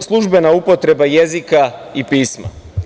službena upotreba jezika i pisma.